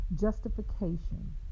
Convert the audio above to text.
Justification